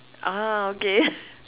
ah okay